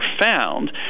found